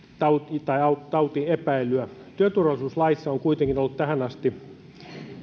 työturvallisuuslaissa on kuitenkin ollut tähän asti